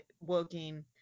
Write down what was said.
working